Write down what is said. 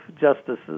justices